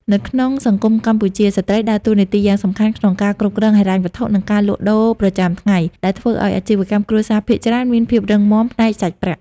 នៅក្នុងសង្គមកម្ពុជា ស្ត្រីដើរតួនាទីយ៉ាងសំខាន់ក្នុងការគ្រប់គ្រងហិរញ្ញវត្ថុ និងការលក់ដូរប្រចាំថ្ងៃ ដែលធ្វើឱ្យអាជីវកម្មគ្រួសារភាគច្រើនមានភាពរឹងមាំផ្នែកសាច់ប្រាក់។